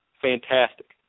fantastic